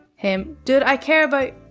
him, dude, i care about.